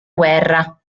guerra